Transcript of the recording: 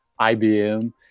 IBM